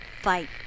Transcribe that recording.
fight